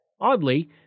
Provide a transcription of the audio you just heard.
Oddly